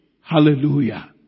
Hallelujah